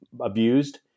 abused